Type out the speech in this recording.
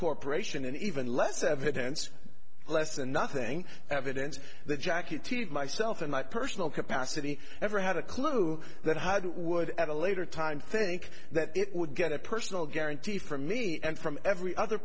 corporation and even less evidence less and nothing evidence the jacketed myself in my personal capacity ever had a clue that would at a later time think that it would get a personal guarantee from me and from every other